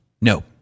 No